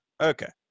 Okay